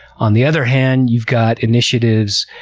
on the other hand, you've got initiatives,